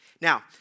Now